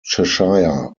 cheshire